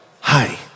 hi